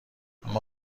اما